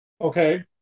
Okay